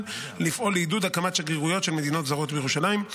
לפעול לעידוד הקמת שגרירויות של מדינות זרות בירושלים.